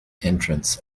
entrance